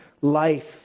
life